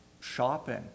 shopping